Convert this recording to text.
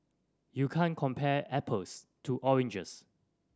you can't compare apples to oranges